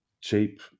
cheap